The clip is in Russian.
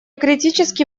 критически